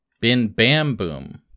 Bin-Bam-Boom